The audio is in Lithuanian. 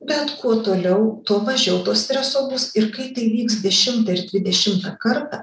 bet kuo toliau tuo mažiau to streso bus ir kai tai vyks dešimtą ir dvidešimtą kartą